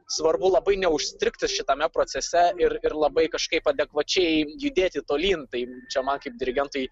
svarbu labai neužstrigti šitame procese ir ir labai kažkaip adekvačiai judėti tolyn tai čia man kaip dirigentui